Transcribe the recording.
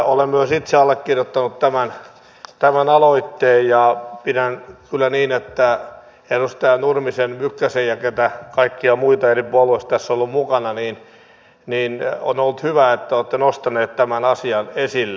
olen myös itse allekirjoittanut tämän aloitteen ja pidän kyllä hyvänä sitä että edustaja nurminen mykkänen ja keitä kaikkia muita eri puolueista tässä on ollut mukana ovat nostaneet tämän asian esille